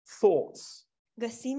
thoughts